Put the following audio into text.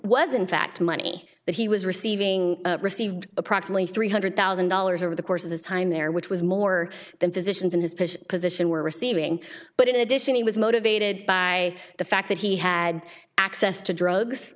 was in fact money that he was receiving received approximately three hundred thousand dollars over the course of the time there which was more than physicians in his position were receiving but in addition he was motivated by the fact that he had access to drugs